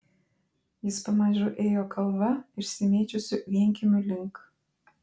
jis pamažu ėjo kalva išsimėčiusių vienkiemių link